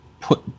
put